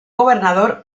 gobernador